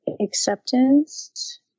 acceptance